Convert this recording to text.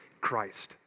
Christ